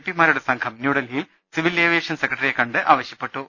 P മാരുടെ സംഘം ന്യൂഡൽഹിയിൽ സിവിൽ ഏവിയേഷൻ സെക്രട്ടറിയെ കണ്ട് ആവശ്യപ്പെട്ടു